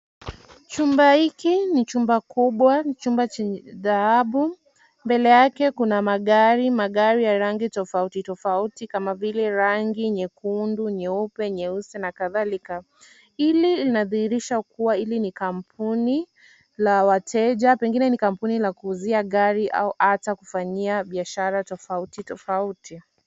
Chumba hiki ni chumba kubwa chumba chenye dhahabu. Mbele yake kuna magari, magari ya rangi tofauti tofauti kama vile rangi nyekundu, nyeupe, nyeusi na kadhalika. Hili lina dhihirisha kuwa hili ni kampuni la wateja. Pengine ni kampuni la kuuzia gari au hata kufanyia biashara tofauti tofauti.